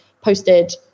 posted